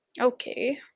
Okay